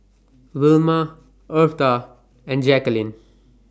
Vilma Eartha and Jackeline